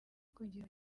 kugira